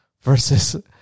versus